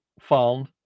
found